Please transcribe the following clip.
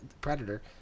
predator